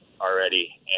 already